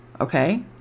okay